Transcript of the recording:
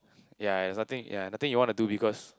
ya there's nothing ya nothing you want to do because